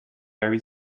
very